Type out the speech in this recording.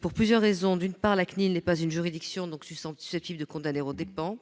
pour plusieurs raisons : d'une part, la CNIL n'est pas une juridiction, susceptible de condamner aux dépens